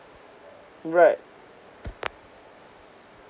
right